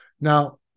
Now